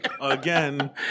again